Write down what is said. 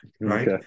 right